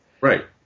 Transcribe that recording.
Right